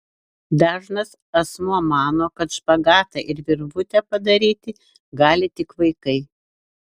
dažnas asmuo mano kad špagatą ir virvutę padaryti gali tik vaikai